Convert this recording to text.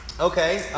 Okay